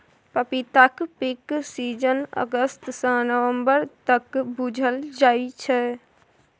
पपीताक peak season अगस्त सँ नबंबर तक बुझल जाइ छै